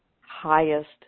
highest